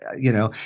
you know,